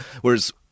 Whereas